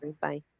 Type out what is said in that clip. Bye